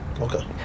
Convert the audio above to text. Okay